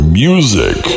music